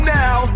now